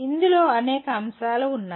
ఇందులో అనేక అంశాలు ఉన్నాయి